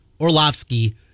Orlovsky